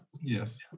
Yes